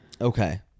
Okay